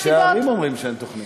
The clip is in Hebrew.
ראשי הערים אומרים שאין תוכנית.